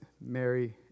Mary